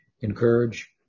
Encourage